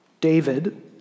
David